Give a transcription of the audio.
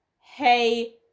hey